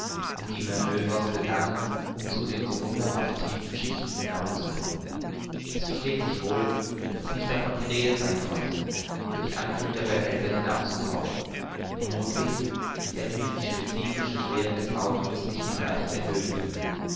und die manövers begannen um zu den so wunderhaft tiefen schichten hinabzukommen es versteht sich wohl daß nicht davon die rede sein konnte durch anfüllen der behälter hinabzutauchen vermuthlich hätten sie die specifische schwere des nautilus nicht hinreichend erhöhen können